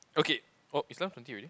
okay oh it is eleven twenty already